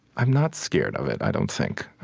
i'm not scared of it, i don't think.